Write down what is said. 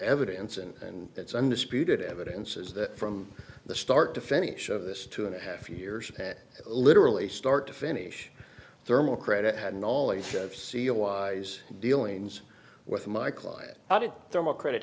evidence and it's undisputed evidence is that from the start to finish of this two and a half years literally start to finish thermal credit had knowledge of seal wise dealings with my client i did them accredit